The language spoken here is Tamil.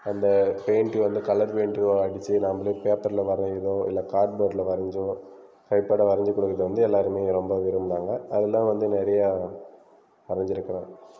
அந்த பெயிண்டில் வந்து கலர் பெயிண்ட் அடித்து நாம்பளே பேப்பரில் வரையிறதோ இல்லை கார்ட்போர்டில் வரைஞ்சோ கைப்பட வரைஞ்சி கொடுக்குறது வந்து எல்லாருமே இங்கே ரொம்ப விரும்பினாங்க அதலாம் வந்து நிறையா வரைஞ்சிருக்குறேன்